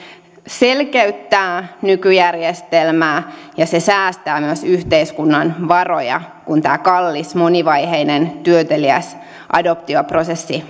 selkeyttää nykyjärjestelmää ja se säästää myös yhteiskunnan varoja kun tämä kallis monivaiheinen työteliäs adoptioprosessi